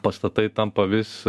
pastatai tampa vis